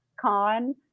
con